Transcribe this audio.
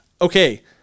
okay